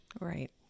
Right